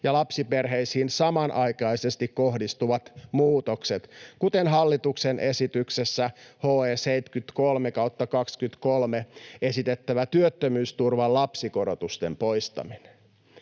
ja lapsiperheisiin samanaikaisesti kohdistuvat muutokset, kuten hallituksen esityksessä HE 73/23 esitettävä työttömyysturvan lapsikorotusten poistaminen.”